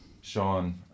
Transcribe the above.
Sean